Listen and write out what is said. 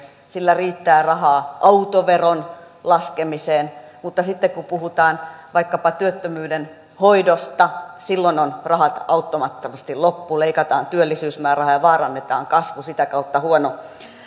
sillä riittää rahaa autoveron laskemiseen mutta sitten kun puhutaan vaikkapa työttömyyden hoidosta silloin on rahat auttamattomasti loppu leikataan työllisyysmäärärahaa ja vaarannetaan kasvu sitä kautta